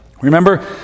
Remember